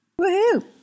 Woohoo